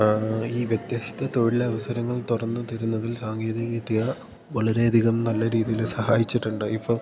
ആ ഈ വ്യത്യസ്ഥ തൊഴിലവസരങ്ങൾ തുറന്ന് തരുന്നതിൽ സാങ്കേതിക വിദ്യ വളരെ അധികം നല്ല രീതിയിൽ സഹായിച്ചിട്ടുണ്ട് ഇപ്പോൾ